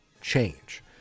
change